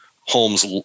Holmes